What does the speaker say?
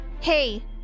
Hey